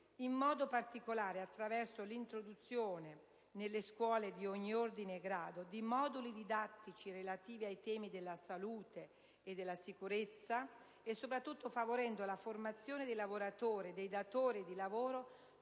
in modo particolare attraverso l'introduzione, nelle scuole di ogni ordine e grado, di moduli didattici relativi ai temi della salute e della sicurezza, e soprattutto favorendo la formazione dei lavoratori e dei datori di lavoro